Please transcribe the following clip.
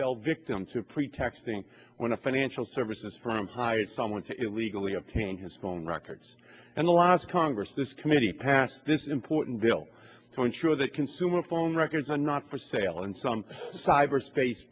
fell victim to pretexting when a financial services firm hired someone to illegally obtain his phone records and the last congress this committee passed this important bill to ensure that consumer phone records are not for sale in some cyberspace